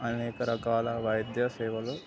అనేక రకాల వైద్య సేవలు